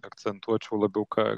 akcentuočiau labiau ką